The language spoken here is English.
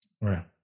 Right